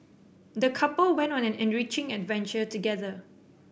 the couple went on an enriching adventure together